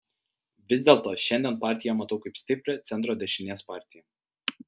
vis dėlto šiandien partiją matau kaip stiprią centro dešinės partiją